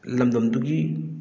ꯂꯝꯗꯝꯗꯨꯒꯤ